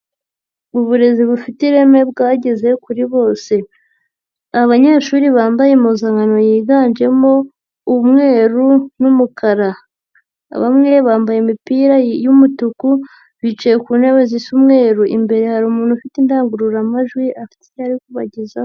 Uburezi bufite ireme bwageze kuri bose. Abanyeshuri bambaye impuzankano yiganjemo umweru n'umukara. Bamwe bambaye imipira y'umutuku, bicaye ku ntebe zisa umweru. Imbere hari umuntu ufite indangururamajwi, afite icyo ari kubagezaho.